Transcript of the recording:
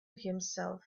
himself